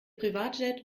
privatjet